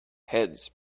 heads